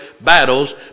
battles